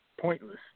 pointless